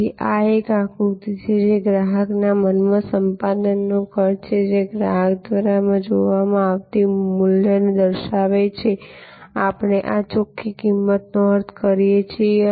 તેથી આ એક આકૃતિ છે જે ગ્રાહકના મનમાં સંપાદનનો ખર્ચ છે જે ગ્રાહક દ્વારા જોવામાં આવતા મૂલ્યને દર્શાવે છે આ આપણે ચોખ્ખી કિંમતનો અર્થ કરીએ છીએ